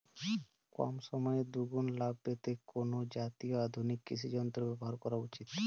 কম সময়ে দুগুন লাভ পেতে কোন জাতীয় আধুনিক কৃষি যন্ত্র ব্যবহার করা উচিৎ?